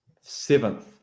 seventh